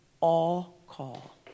all-call